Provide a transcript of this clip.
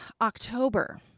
October